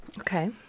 Okay